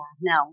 No